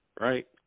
right